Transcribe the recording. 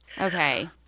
Okay